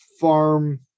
farm